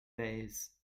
fays